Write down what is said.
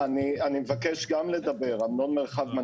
אני לא חושב שיש שאלה בעניין הזה,